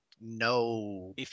no